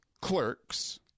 clerks